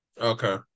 Okay